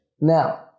now